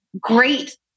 great